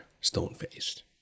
stone-faced